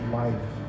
life